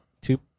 two